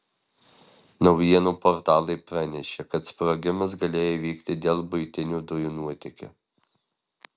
naujienų portalai pranešė kad sprogimas galėjo įvykti dėl buitinių dujų nuotėkio